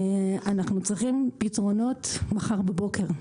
אנחנו צריכים פתרונות מחר בבוקר.